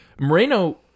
Moreno